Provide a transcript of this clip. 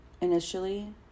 Initially